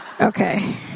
Okay